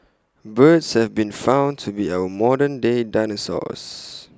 birds have been found to be our modern day dinosaurs